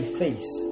face